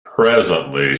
presently